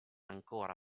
ancora